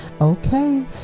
okay